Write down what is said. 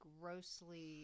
grossly